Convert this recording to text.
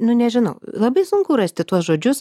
nu nežinau labai sunku rasti tuos žodžius